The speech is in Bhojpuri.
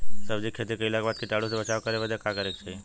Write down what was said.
सब्जी के खेती कइला के बाद कीटाणु से बचाव करे बदे का करे के चाही?